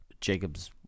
Jacob's